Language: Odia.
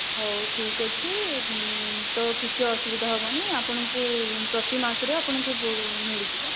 ହେଉ ଠିକ୍ ଅଛି ତ କିଛି ଅସୁବିଧା ହେବନି ଆପଣଙ୍କୁ ପ୍ରତି ମାସରେ ଆପଣଙ୍କୁ ମିଳିଯିବ